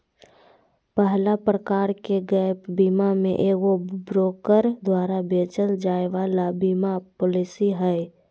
पहला प्रकार के गैप बीमा मे एगो ब्रोकर द्वारा बेचल जाय वाला बीमा पालिसी हय